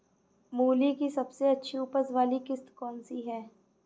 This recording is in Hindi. मूली की सबसे अच्छी उपज वाली किश्त कौन सी है?